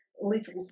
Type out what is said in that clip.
little